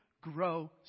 grow